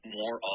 more